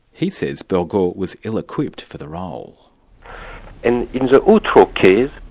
he says burgaud was ill-equipped for the role. and in the outreau case,